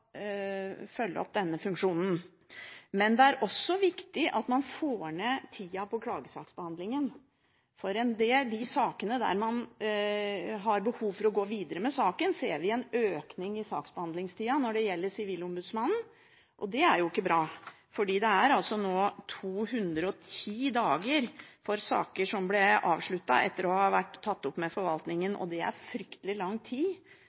følge opp denne funksjonen. Men det er også viktig at man får ned tida på klagesaksbehandlingen. I en del av de sakene der man har behov for å gå videre med saken, ser vi en økning i saksbehandlingstida hos Sivilombudsmannen, og det er ikke bra. Det er nå 210 dager for saker som ble avsluttet etter å ha vært tatt opp med forvaltningen, og det er fryktelig lang tid